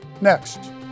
Next